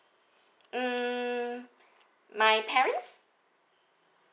mm my parents